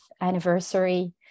anniversary